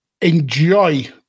enjoy